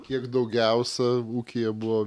kiek daugiausiai ūkyje buvo